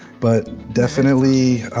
but definitely,